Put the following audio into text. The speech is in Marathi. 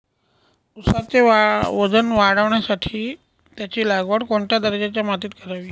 ऊसाचे वजन वाढवण्यासाठी त्याची लागवड कोणत्या दर्जाच्या मातीत करावी?